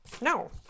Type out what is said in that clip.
no